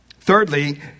Thirdly